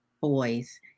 boys